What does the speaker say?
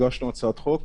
הגשנו הצעת חוק,